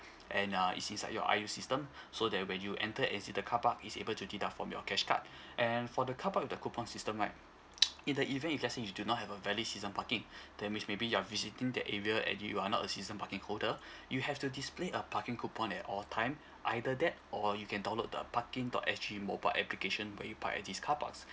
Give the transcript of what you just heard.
and uh it's inside your I_U system so that when you enter and exit the carpark it's able to deduct from your cash card and for the carpark with the coupon system right in the event if let's say you do not have a valid season parking that means maybe you're visiting the area and you are not a season parking holder you have to display a parking coupon at all time either that or you can download the parking dot S G mobile application when you park at these carparks